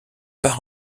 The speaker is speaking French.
part